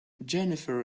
jennifer